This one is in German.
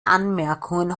anmerkungen